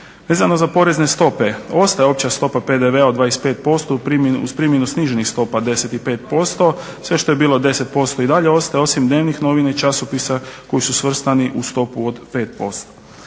Vezano za porezne stope, ostaje opća stopa PDV-a od 25% uz primjenu sniženih stopa 10 i 5%. Sve što je bilo 10% i dalje ostaje osim dnevnih novina i časopisa koji su svrstani u stopu od 5%.